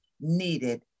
needed